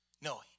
No